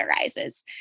arises